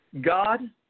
God